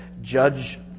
judge